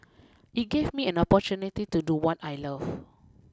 it gave me an opportunity to do what I love